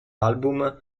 album